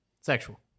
Sexual